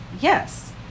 yes